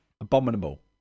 Abominable